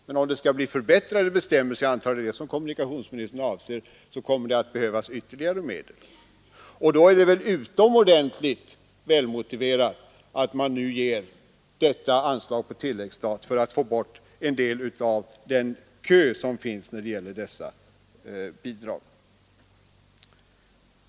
Men om det skall bli förbättrade bestämmelser — jag antar att det är det som kommunikationsministern avser — kommer det att behövas ytterligare medel, och då är det väl utomordentligt välmotiverat att bevilja det nu aktuella anslaget på tilläggsstat för att få bort en del av kön till dessa bidrag.